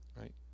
Right